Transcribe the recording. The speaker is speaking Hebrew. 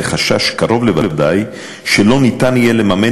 לחשש קרוב לוודאי שלא ניתן יהיה לממן